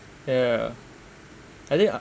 ya I think